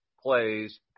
plays